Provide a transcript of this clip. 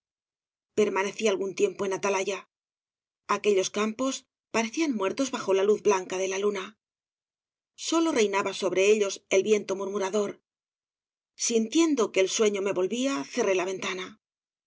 permanecí algún tiempo en atalaya aquellos campos parecían muertos bajo la luz blanca de la luna sólo reinaba sobre ellos el viento murmurador sintiendo que el sueño me volvía cerré la ventana